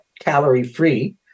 calorie-free